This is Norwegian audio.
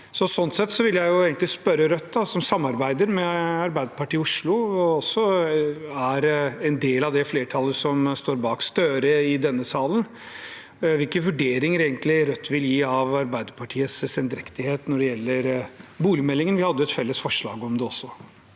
Sånn sett vil jeg spørre Rødt, som samarbeider med Arbeiderpartiet i Oslo, og som også er en del av det flertallet som står bak statsminister Støre i denne salen, hvilke vurderinger Rødt egentlig gjør om Arbeiderpartiets sendrektighet når det gjelder boligmeldingen. Vi hadde jo et felles forslag om det også.